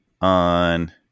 on